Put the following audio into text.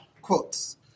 quotes